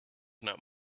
not